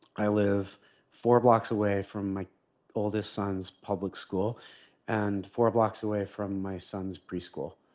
i live four blocks away from my oldest son's public school and four blocks away from my son's preschool.